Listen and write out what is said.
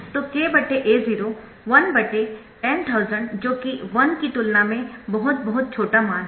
तो k A0 1 10000 जो कि 1 कि तुलना में बहुत बहुत छोटा मान है